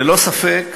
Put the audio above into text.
ללא ספק